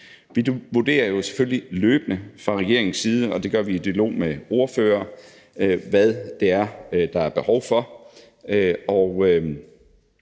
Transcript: Vi vurderer jo selvfølgelig løbende fra regeringens side, og det gør vi i dialog med ordførere, hvad det er, der er behov for,